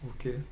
okay